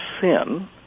sin